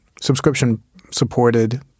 subscription-supported